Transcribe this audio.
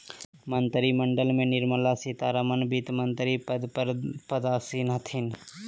मंत्रिमंडल में निर्मला सीतारमण वित्तमंत्री पद पर पदासीन हथिन